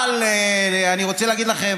אבל אני רוצה להגיד לכם,